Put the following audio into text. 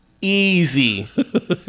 easy